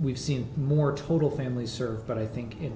we've seen more total families serve but i think in